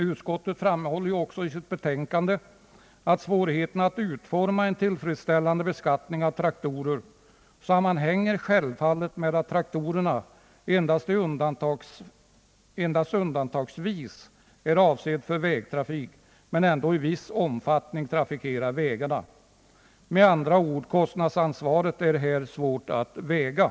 Utskottet framhåller också i sitt betänkande att svårigheterna att utforma en tillfredsställande beskattning av traktorer självfallet sammanhänger med att traktorerna endast undantagsvis är avsedda för vägtrafik men ändå i viss omfattning trafikerar vägarna. Med andra ord är kostnadsansvaret här svårt att väga.